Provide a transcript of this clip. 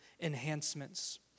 enhancements